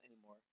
anymore